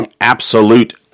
absolute